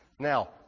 Now